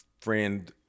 friend